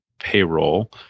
payroll